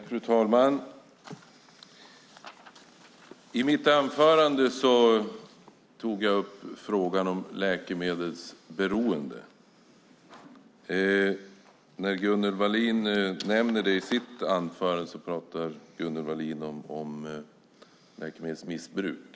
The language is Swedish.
Fru talman! I mitt anförande tog jag upp frågan om läkemedelsberoende. Gunnel Wallin pratar i sitt anförande om läkemedelsmissbruk.